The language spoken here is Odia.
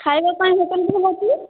ଖାଇବା ପାଇଁ ହୋଟେଲ ଅଛି